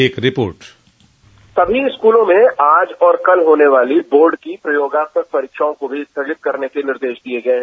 एक रिपोर्ट सभी स्कूलों में आज और कल होने वाली बोर्ड की प्रयोगात्मक परीक्षाओं को भी स्थगित करने के निर्देश दिए गए हैं